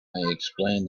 explained